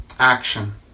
action